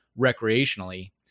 recreationally